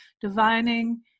divining